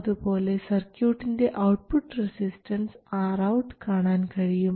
അതുപോലെ സർക്യൂട്ടിൻറെ output resistance Rout കാണാൻ കഴിയും